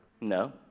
No